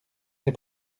ses